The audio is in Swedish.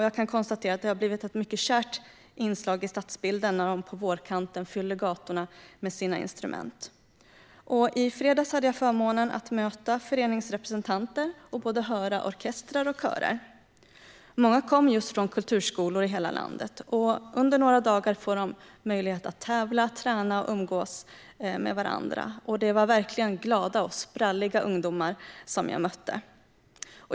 Jag kan konstatera att det har blivit ett mycket kärt inslag i stadsbilden när de på vårkanten fyller gatorna med sina instrument. I fredags hade jag förmånen att möta föreningens representanter och höra både orkestrar och körer. Många kom just från kulturskolor i hela landet. Under några dagar får de möjlighet att tävla, träna och umgås med varandra. Det var verkligen glada och spralliga ungdomar som jag mötte.